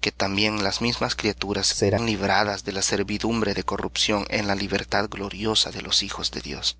que también las mismas criaturas serán libradas de la servidumbre de corrupción en la libertad gloriosa de los hijos de dios